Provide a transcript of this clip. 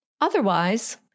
Otherwise